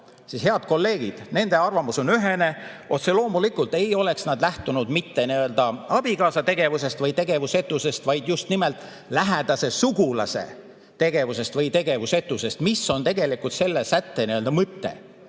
Head kolleegid, nende arvamus on ühene: otse loomulikult ei oleks nad lähtunud mitte abikaasa tegevusest või tegevusetusest, vaid just nimelt lähedase sugulase tegevusest või tegevusetusest, mis on tegelikult selle sätte mõte.